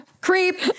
Creep